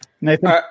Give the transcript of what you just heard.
Nathan